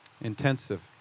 intensive